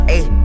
Ayy